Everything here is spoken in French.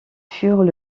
furent